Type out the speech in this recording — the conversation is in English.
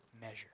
measure